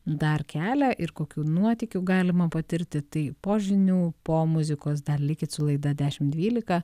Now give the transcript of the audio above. dar kelią ir kokių nuotykių galima patirti tai po žinių po muzikos dar likit su laida dešimt dvylika